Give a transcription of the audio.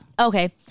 Okay